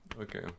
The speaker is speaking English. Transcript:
Okay